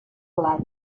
blat